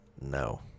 No